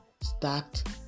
Start